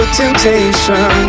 temptation